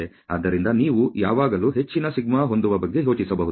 ಆದ್ದರಿಂದ ನೀವು ಯಾವಾಗಲೂ ಹೆಚ್ಚಿನ σ ಹೊಂದುವ ಬಗ್ಗೆ ಯೋಚಿಸಬಹುದು